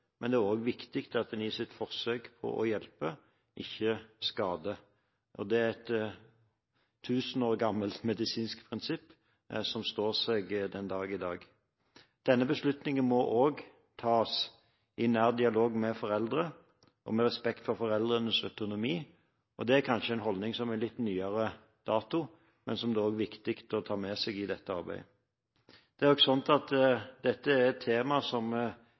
men det er også viktig at en i sitt forsøk på å hjelpe, ikke skader. Det er et tusen år gammelt medisinsk prinsipp, som står seg den dag i dag. Denne beslutningen må også tas i nær dialog med foreldre og med respekt for foreldrenes autonomi. Det er en holdning som kanskje er av litt nyere dato, men som det også er viktig å ta med seg i dette arbeidet. Det er også sånn at dette er et tema som